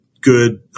good